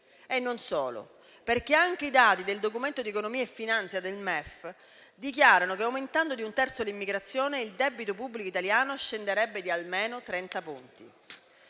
Inoltre, anche i dati del Documento di economia e finanza del MEF dichiarano che, aumentando di un terzo l'immigrazione, il debito pubblico italiano scenderebbe di almeno trenta punti.